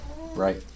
Right